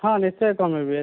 ହଁ ନିଶ୍ଚୟ କମେଇବି